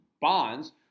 bonds